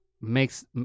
makes